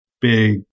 big